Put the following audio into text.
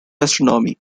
astronomy